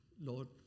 Lord